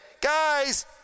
guys